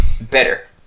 Better